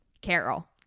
Carol